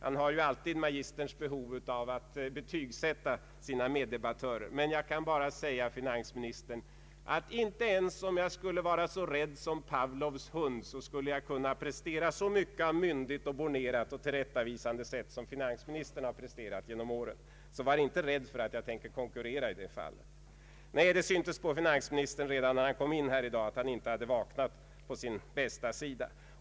Han har ju alltid magisterns behov att betygsätta sina med debattörer. Jag vill bara säga finansministern att inte ens om jag skulle vara så rädd som Pavlovs hund, skulle jag kunna prestera så mycket av myndigt och bornerat och tillrättavisande tal som finansministern gjort genom åren. Var inte rädd för att jag tänker konkurrera i det fallet! Det syntes på finansministern redan när han kom in här i dag att han inte vaknat på sin bästa sida.